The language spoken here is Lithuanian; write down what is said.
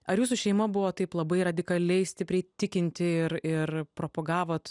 ar jūsų šeima buvo taip labai radikaliai stipriai tikinti ir ir propagavot